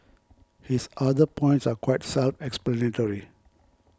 his other points are quite self explanatory